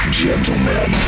gentlemen